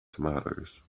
tomatoes